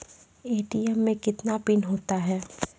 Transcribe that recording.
ATM मे कितने PIN होता हैं?